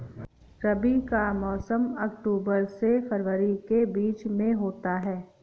रबी का मौसम अक्टूबर से फरवरी के बीच में होता है